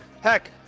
heck